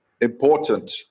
important